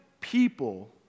people